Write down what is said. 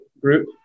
group